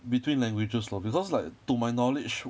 between languages lor because like to my knowledge